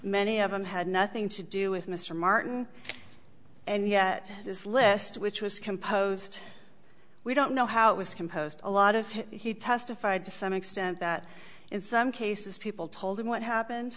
many of them had nothing to do with mr martin and yet this list which was composed we don't know how it was composed a lot of he testified to some extent that in some cases people told him what happened